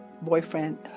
boyfriend